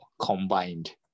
combined